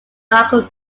darker